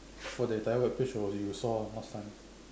for the time more place already you saw on last time